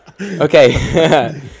Okay